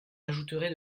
ajouterait